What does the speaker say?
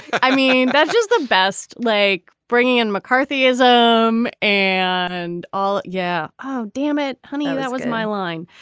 i mean that's just the best like bringing in mccarthyism and all. yeah. oh damn it honey. that was my line.